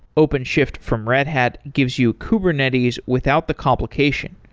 openshift from red hat gives you kubernetes without the complication.